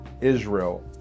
Israel